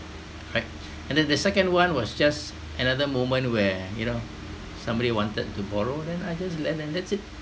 right and then the second one was just another moment where you know somebody wanted to borrow then I just lent them that's it